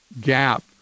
gap